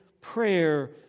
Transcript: prayer